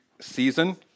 season